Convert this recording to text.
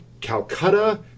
Calcutta